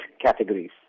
categories